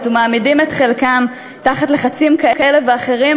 ומעמידים את חלקם תחת לחצים כאלה ואחרים,